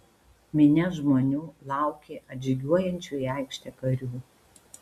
minia žmonių laukė atžygiuojančių į aikštę karių